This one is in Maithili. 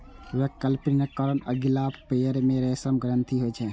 वेबस्पिनरक अगिला पयर मे रेशम ग्रंथि होइ छै